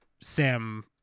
sam